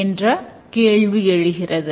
என்ற கேள்வி எழுகிறது